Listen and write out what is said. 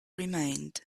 remained